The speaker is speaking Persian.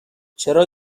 چرا